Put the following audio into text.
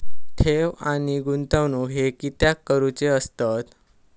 ठेव आणि गुंतवणूक हे कित्याक करुचे असतत?